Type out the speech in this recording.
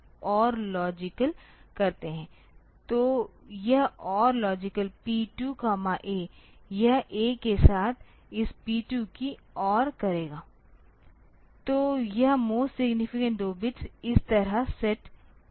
तो यह OR logicking P 2 A यह A के साथ इस P2 की OR करेगा तो यह मोस्ट सिग्नीफिकेंट 2 बिट्स इस तरह सेट हो जाएंगे